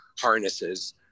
harnesses